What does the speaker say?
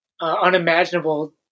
unimaginable